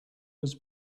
was